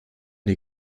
nie